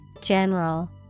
general